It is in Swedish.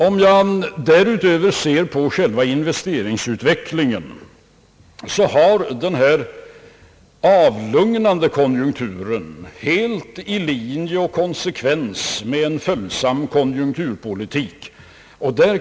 Om jag därutöver ser på själva investeringsutvecklingen, så finner jag att denna avlugnade konjunktur är helt i linje med en följsam konjunkturpolitik.